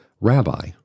Rabbi